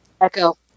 Echo